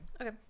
okay